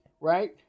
right